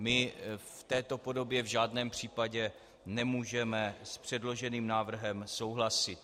My v této podobě v žádném případě nemůžeme s předloženým návrhem souhlasit.